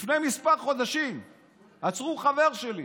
לפני כמה חודשים עצרו חבר שלי